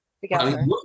together